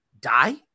Die